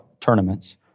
tournaments